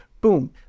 boom